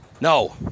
No